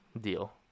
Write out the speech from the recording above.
deal